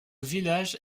village